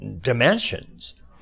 dimensions